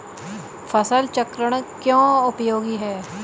फसल चक्रण क्यों उपयोगी है?